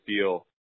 feel